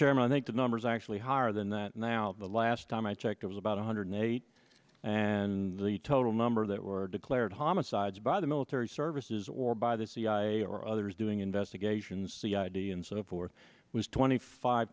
chairman i think the numbers are actually higher than that now the last time i checked it was about one hundred eight and the total number that were declared homicides by the military services or by the cia or others doing investigations the id and so forth was twenty five